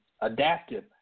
adaptive